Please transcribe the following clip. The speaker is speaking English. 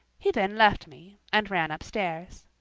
he then left me, and ran upstairs.